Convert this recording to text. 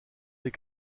des